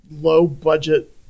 low-budget